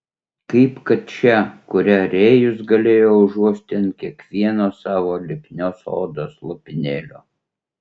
kaip kad šią kurią rėjus galėjo užuosti ant kiekvieno savo lipnios odos lopinėlio